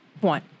One